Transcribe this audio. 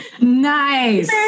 Nice